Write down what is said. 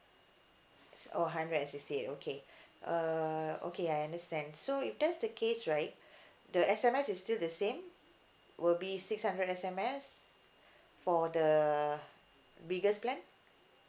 s~ oh hundred and sixty eight okay err okay I understand so if that's the case right the S_M_S is still the same will be six hundred S_M_S for the biggest plan